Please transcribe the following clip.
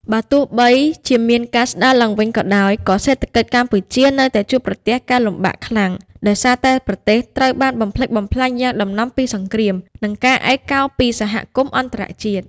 បើទោះបីជាមានការស្ដារឡើងវិញក៏ដោយ ក៏សេដ្ឋកិច្ចកម្ពុជានៅតែជួបប្រទះការលំបាកខ្លាំង ដោយសារតែប្រទេសត្រូវបានបំផ្លិចបំផ្លាញយ៉ាងដំណំពីសង្គ្រាម និងការឯកោពីសហគមន៍អន្តរជាតិ។